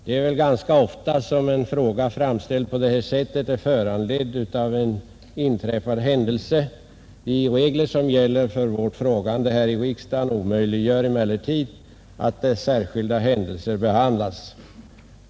Det händer väl ganska ofta att en fråga är föranledd av en inträffad händelse. De regler som gäller för vårt frågande här i riksdagen omöjliggör emellertid att särskilda händelser behandlas.